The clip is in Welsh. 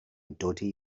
dodi